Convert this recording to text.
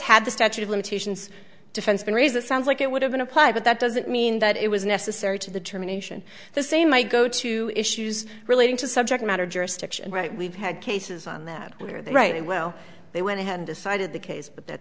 had the statute of limitations defense been raised it sounds like it would have been applied but that doesn't mean that it was necessary to the termination the same might go to issues relating to subject matter jurisdiction right we've had cases on that under the right and well they went ahead and decided the case but that